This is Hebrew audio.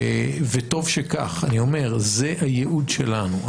וטוב שכך, זה הייעוד שלנו.